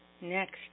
next